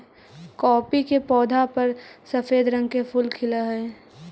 coffee के पौधा पर सफेद रंग के फूल खिलऽ हई